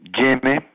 Jimmy